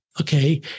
Okay